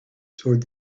toward